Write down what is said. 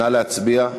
נא להצביע.